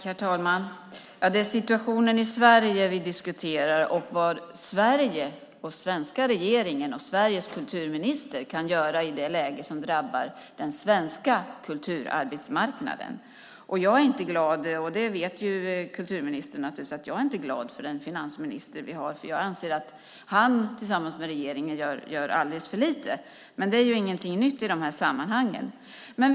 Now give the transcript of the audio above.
Herr talman! Det är situationen i Sverige vi diskuterar och vad den svenska regeringen och Sveriges kulturminister kan göra i det läge där den svenska kulturarbetsmarknaden drabbas. Jag är inte glad - det vet ju kulturministern - åt den finansminister vi har, för jag anser att han tillsammans med regeringen gör alldeles för lite. Men det är ingenting nytt i de här sammanhangen.